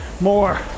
more